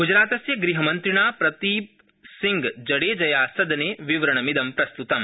गुजरातस्य गृह राज्यमन्त्रिणा प्रदीपसिंहजडेजाया सदने विवरणमिदं प्रस्तृतम्